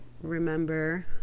remember